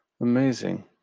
amazing